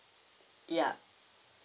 yeah